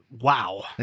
Wow